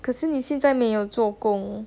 可是你现在没有做工